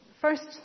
first